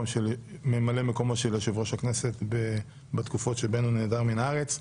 ממלא מקומו של יושב-ראש הכנסת בתקופות שבהן הוא נעדר מן הארץ.